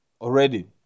already